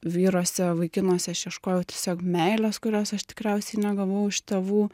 vyruose vaikinuose aš ieškojau tiesiog meilės kurios aš tikriausiai negavau iš tėvų